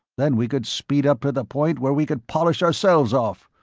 then we could speed up to the point where we could polish ourselves off.